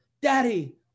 Daddy